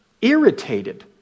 irritated